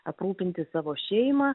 aprūpinti savo šeimą